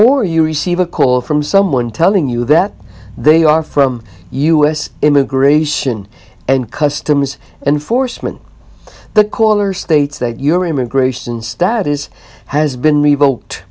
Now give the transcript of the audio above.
or you receive a call from someone telling you that they are from u s immigration and customs enforcement the caller states that your immigration status has been revo